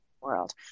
world